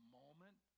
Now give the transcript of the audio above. moment